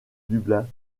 dublin